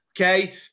okay